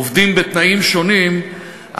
עובדים בתנאים שונים,